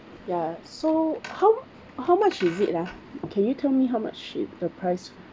ya so how how much is it ah can you tell me how much is the price